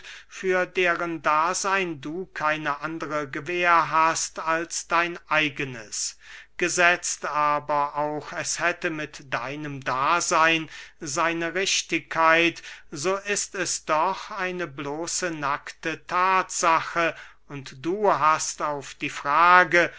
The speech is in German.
für deren daseyn du keine andere gewähr hast als dein eigenes gesetzt aber auch es hätte mit deinem daseyn seine richtigkeit so ist es doch eine bloße nakte thatsache und du hast auf die frage